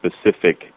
specific